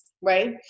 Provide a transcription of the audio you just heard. right